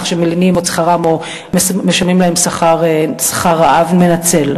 שמלינים את שכרם או משלמים להם שכר רעב מנצל.